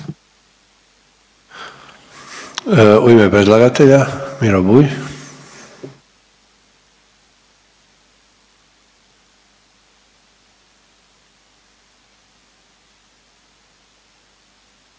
U ime predlagatelja, Miro Bulj.